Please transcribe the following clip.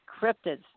Cryptids